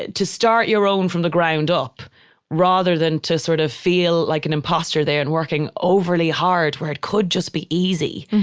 to start your own from the ground up rather than to sort of feel like an imposter there and working overly hard where it could just be easy.